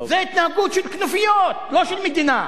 זו התנהגות של כנופיות, לא של מדינה.